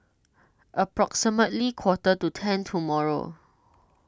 approximately quarter to ten tomorrow